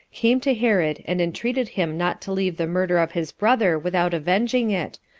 came to herod, and entreated him not to leave the murder of his brother without avenging it,